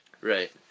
Right